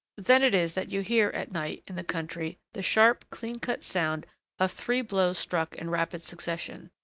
then it is that you hear at night, in the country, the sharp, clean-cut sound of three blows struck in rapid succession.